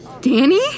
Danny